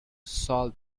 solve